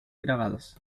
grabados